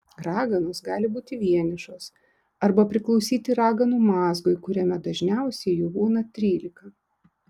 raganos gali būti vienišos arba priklausyti raganų mazgui kuriame dažniausiai jų būna trylika